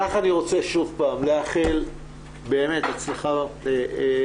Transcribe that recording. לך אני רוצה שוב פעם לאחל באמת הצלחה רבה,